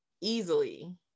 easily